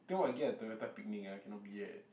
then what I get a Toyota Picnic ah cannot be [right]